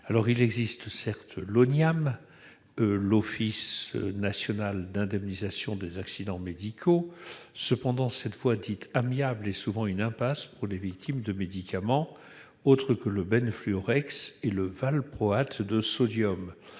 se tourner vers l'Oniam, l'Office national d'indemnisation des accidents médicaux. Cependant, cette voie dite « amiable » est souvent une impasse pour les victimes de médicaments autres que le Benfluorex et le Valproate de sodium,